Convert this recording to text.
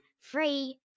Free